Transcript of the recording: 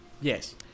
Yes